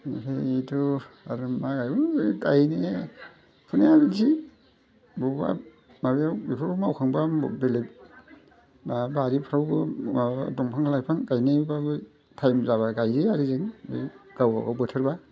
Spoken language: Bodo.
ओमफ्रायथ' आरो मा गायबावनो बे गायनाया फुनाया बिदिनोसै बबावबा माबायाव बेफोराव मावखांब्ला बेलेग माबा बारिफ्रावबो माबा दंफां लाइफां गायनायब्लाबो टाइम जाब्ला गायो आरो जों बै गावबागाव बोथोरब्ला